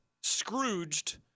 Scrooged